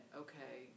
okay